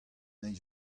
hini